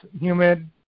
humid